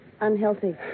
Unhealthy